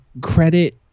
credit